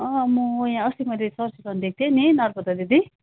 अँ म यहाँ अस्ति मैले सर्ट सिलाउनु दिएको थियो नि नर्बदा दिदी